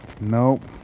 Nope